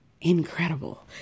incredible